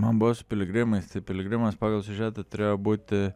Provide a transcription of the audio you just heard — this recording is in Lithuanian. man buvo su piligrimais tai piligrimas pagal siužetą turėjo būti